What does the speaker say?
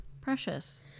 precious